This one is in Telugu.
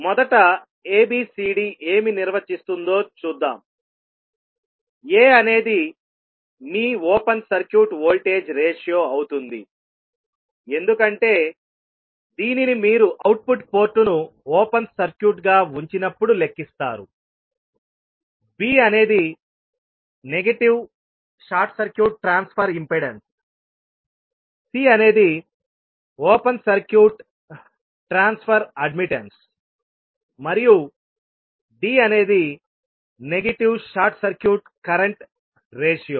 మొదట ABCD ఏమి నిర్వచిస్తుందో చూద్దాంA అనేది మీ ఓపెన్ సర్క్యూట్ వోల్టేజ్ రేషియో అవుతుంది ఎందుకంటే దీనిని మీరు అవుట్పుట్ పోర్టును ఓపెన్ సర్క్యూట్ గా ఉంచినప్పుడు లెక్కిస్తారు B అనేది negative short circuit transfer impedance C అనేది ఓపెన్ సర్క్యూట్ ట్రాన్స్ఫర్ అడ్మిట్టన్స్ మరియు D అనేది negative short circuit current ratio